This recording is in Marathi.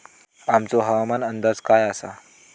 आजचो हवामान अंदाज काय आसा?